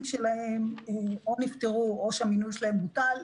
שלהם או נפטרו או שהמינוי שלהם בוטל,